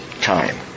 time